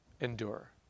Endure